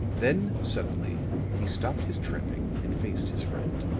then suddenly he stopped his tramping and faced his friend.